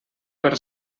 per